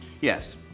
Yes